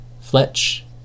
Fletch